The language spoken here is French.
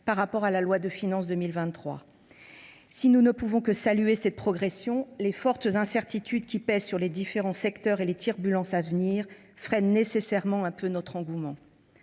par rapport à la loi de finances 2023. Si nous ne pouvons que saluer cette progression, les fortes incertitudes qui pèsent sur les différents secteurs et les turbulences à venir freinent nécessairement notre engouement.